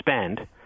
spend